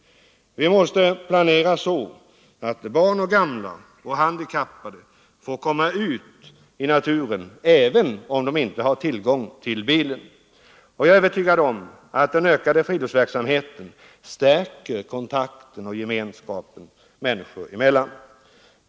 Vi måste planera så att barn, gamla och handikappade får komma ut i naturen även om de inte har tillgång till bil. Jag är övertygad om att den ökade friluftsverksamheten stärker kontakten och gemenskapen människor emellan.